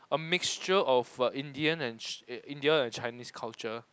a mixture of Indian and Indian and Chinese culture